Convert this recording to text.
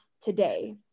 today